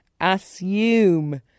assume